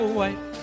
white